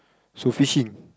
so fishing